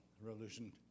Revolution